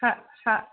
सा सा